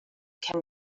can